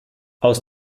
aus